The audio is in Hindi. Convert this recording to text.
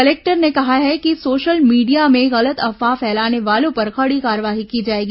कलेक्टर ने कहा है कि सोशल मीडिया में गलत अफवाह फैलाने वालो पर कड़ी कार्रवाई की जाएगी